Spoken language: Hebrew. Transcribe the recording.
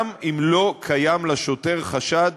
גם אם לא קיים לשוטר חשד